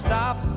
Stop